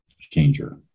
changer